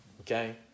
okay